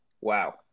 Wow